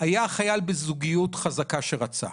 היה החייל בזוגיות חזקה שרצה.